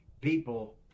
people